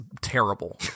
terrible